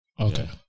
Okay